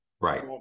right